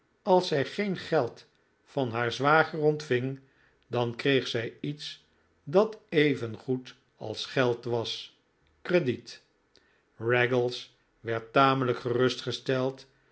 als zij geen geld van haar zwager ontving dan kreeg zij iets dat evengoed als geld was crediet raggles werd tamelijk